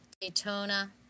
Daytona